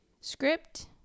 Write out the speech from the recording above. Script